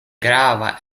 grava